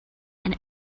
and